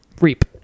reap